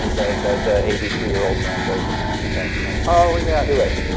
the the eighty three year old man goes into the confessional? oh yes. do it.